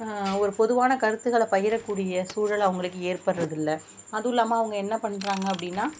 ஒரு பொதுவான கருத்துகளை பகிரக்கூடிய சூழல் அவங்களுக்கு ஏற்படுறது இல்லை அதுவும் இல்லாமல் அவங்க என்ன பண்ணுறாங்க அப்படின்னா